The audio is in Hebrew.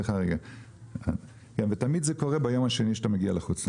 ותמיד זה קורה ביום השני שאתה בחוץ לארץ.